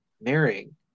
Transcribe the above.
marrying